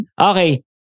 okay